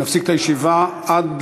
נפסיק את הישיבה עד